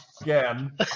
Again